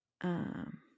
Um